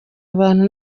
abantu